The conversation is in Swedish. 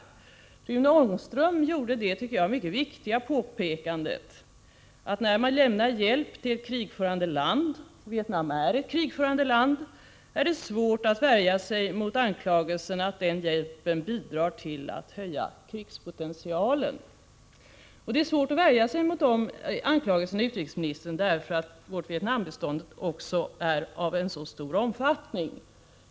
Och Rune Ångström gjorde det i mitt tycke mycket viktiga påståendet att när man lämnar hjälp till ett krigförande land — Vietnam är ett krigförande land — är det svårt att värja sig mot anklagelsen att den hjälpen bidrar till att höja landets krigspotential. Det är svårt att värja sig mot de anklagelserna också därför att Sveriges bistånd är av så stor omfattning.